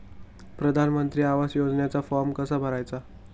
प्रधानमंत्री आवास योजनेचा फॉर्म कसा भरायचा?